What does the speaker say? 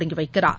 தொடங்கி வைக்கிறார்